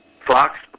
Fox